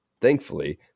Thankfully